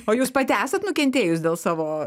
o jūs pati esat nukentėjus dėl savo